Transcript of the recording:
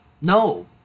No